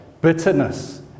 bitterness